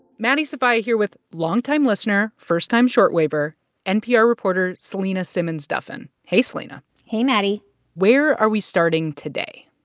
maddie sofia here with longtime listener, first-time short wave-r, npr reporter selena simmons-duffin. hey, selena hey, maddie where are we starting today?